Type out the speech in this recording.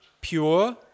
pure